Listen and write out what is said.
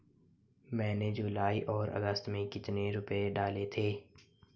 मैंने जुलाई और अगस्त में कितने रुपये डाले थे?